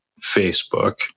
facebook